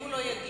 אם הוא לא יגיע,